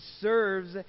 serves